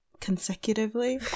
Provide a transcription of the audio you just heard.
consecutively